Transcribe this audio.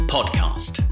Podcast